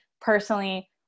personally